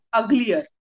uglier